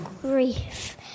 grief